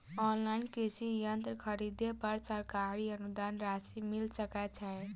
Online कृषि यंत्र खरीदे पर सरकारी अनुदान राशि मिल सकै छैय?